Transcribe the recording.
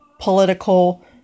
political